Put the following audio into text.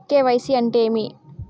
KYC అంటే ఏమి?